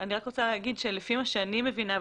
אני רק רוצה להגיד שלפי מה שאני מבינה,